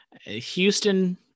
Houston –